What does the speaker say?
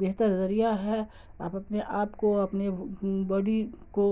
بہتر ذریعہ ہے آپ اپنے آپ کو اپنے باڈی کو